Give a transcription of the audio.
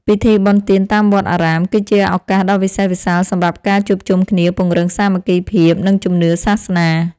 ពិធីបុណ្យទានតាមវត្តអារាម គឺជាឱកាសដ៏វិសេសវិសាលសម្រាប់ការជួបជុំគ្នាពង្រឹងសាមគ្គីភាព និងជំនឿសាសនា។